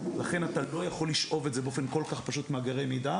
לכן אתה לא יכול לשאוב את זה באופן כל כך פשוט ממאגרי מידע.